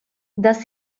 das